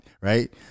right